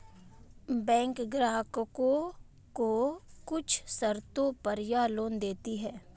बैकें ग्राहकों को कुछ शर्तों पर यह लोन देतीं हैं